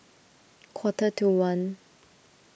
quarter to one